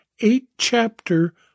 eight-chapter